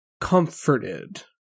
comforted